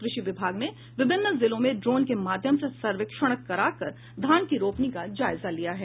कृषि विभाग ने विभिन्न जिलों में ड्रोन के माध्यम से सर्वेक्षण करा कर धान की रोपनी का जायजा लिया है